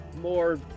more